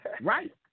Right